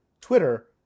Twitter